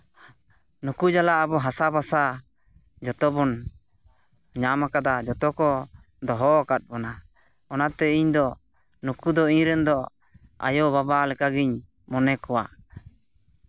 ᱱᱩᱠᱩ ᱡᱮᱱᱚ ᱟᱵᱚ ᱦᱟᱥᱟᱼᱵᱷᱟᱥᱟ ᱡᱷᱚᱛᱚ ᱵᱚᱱ ᱧᱟᱢ ᱠᱟᱫᱟ ᱡᱷᱚᱛᱚ ᱠᱚ ᱫᱚᱦᱚ ᱟᱠᱟᱫ ᱵᱚᱱᱟ ᱚᱱᱟᱛᱮ ᱤᱧᱫᱚ ᱱᱩᱠᱩ ᱫᱚ ᱤᱧᱨᱮᱱ ᱫᱚ ᱟᱭᱚᱼᱵᱟᱵᱟ ᱞᱮᱠᱟᱜᱮᱧ ᱢᱚᱱᱮ ᱠᱚᱣᱟ